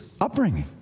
upbringing